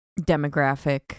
demographic